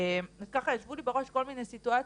אז ככה ישבו לי בראש כל מיני סיטואציות,